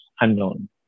unknown